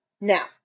Now